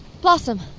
Blossom